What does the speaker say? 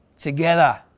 together